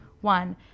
one